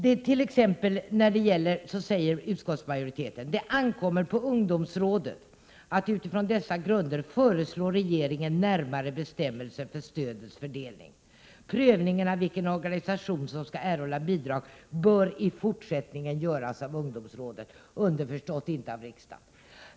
Utskottsmajoriteten skriver: ”Det ankommer på ungdomsrådet att ——— föreslå regeringen närmare bestämmelser för stödets fördelning. Prövningen av vilken organisation som skall erhålla bidrag bör i fortsättningen göras av ungdomsrådet.” Underförstått inte av riksdagen.